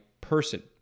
person